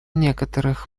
некоторых